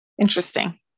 Interesting